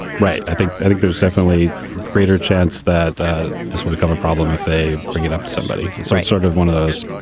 right. i think i think there's definitely a greater chance that ah this will become a problem if they bring it up to somebody. so it's sort of one of those